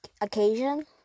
occasion